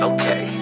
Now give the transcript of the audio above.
Okay